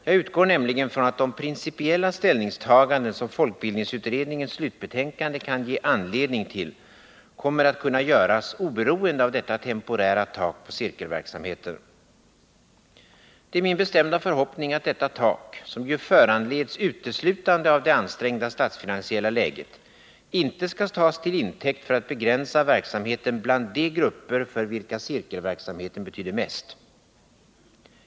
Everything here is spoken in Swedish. Jag utgår nämligen från att de principiella ställningstaganden som folkbildningsutredningens slutbetänkande kan ge anledning till kommer att kunna göras oberoende av detta temporära tak på cirkelverksamheten. Det är min bestämda förhoppning att detta tak, som ju föranleds uteslutande av det ansträngda statsfinansiella läget, inte skall tas till intäkt för att begränsa verksamheten bland de grupper för vilka cirkelverksamheten betyder mest.